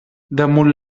damunt